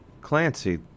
Clancy